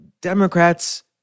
Democrats